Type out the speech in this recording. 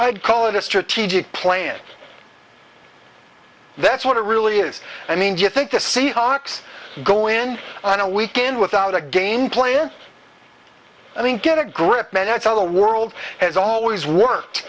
i'd call it a strategic plan that's what it really is i mean do you think the seahawks go in on a weekend without a game plan i mean get a grip man that's how the world has always work